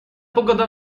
pogoda